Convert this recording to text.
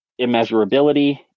immeasurability